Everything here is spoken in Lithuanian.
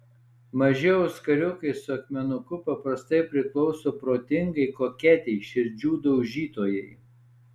maži auskariukai su akmenuku paprastai priklauso protingai koketei širdžių daužytojai